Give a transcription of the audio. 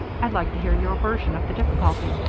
i'd like to hear your version of the difficulty.